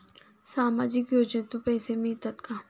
सामाजिक योजनेतून पैसे मिळतात का?